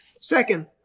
Second